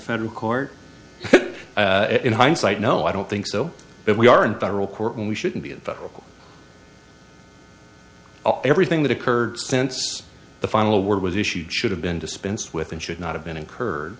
federal court in hindsight no i don't think so but we are in federal court and we shouldn't be in federal everything that occurred since the final word was issued should have been dispensed with and should not have been incurred